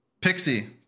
Pixie